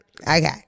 Okay